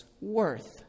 worth